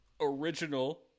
original